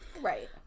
right